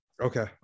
Okay